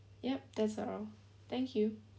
yup that's all thank you